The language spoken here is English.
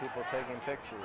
people taking pictures